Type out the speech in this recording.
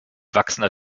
wachsender